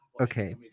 Okay